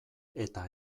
eta